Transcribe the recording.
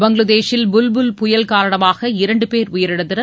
பங்களாதேஷில் புல்புல் பயல் காரணமாக இரண்டு பேர் உயிரிழந்தனர்